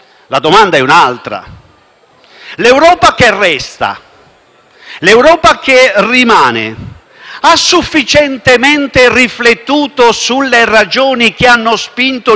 L'Europa che resta, ha sufficientemente riflettuto sulle ragioni che hanno spinto il popolo inglese a decidere così come ha fatto?